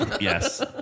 yes